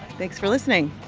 thanks for listening